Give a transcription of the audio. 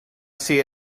see